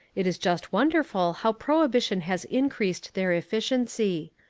it is just wonderful how prohibition has increased their efficiency.